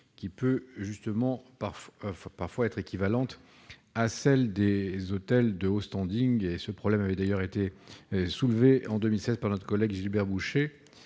qui peut parfois être équivalente à celle des hôtels de haut standing. Ce problème a été soulevé en 2016 par notre collègue Gilbert Bouchet.